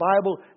Bible